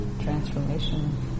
transformation